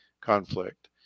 conflict